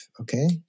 okay